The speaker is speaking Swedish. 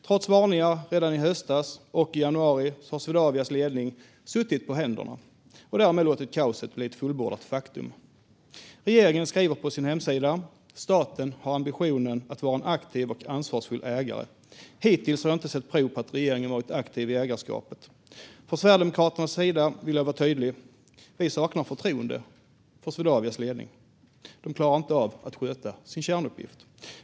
Trots varningar redan i höstas och i januari har Swedavias ledning suttit på händerna och därmed låtit kaoset bli ett fullbordat faktum. Regeringen skriver på sin hemsida: Staten har ambitionen att vara en aktiv och ansvarsfull ägare. Hittills har jag inte sett prov på att regeringen har varit aktiv i ägarskapet. Från Sverigedemokraternas sida vill jag vara tydlig. Vi saknar förtroende för Swedavias ledning. De klarar inte av att sköta sin kärnuppgift.